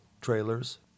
trailers